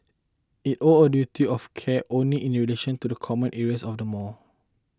it owed a duty of care only in relation to the common areas of the mall